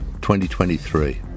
2023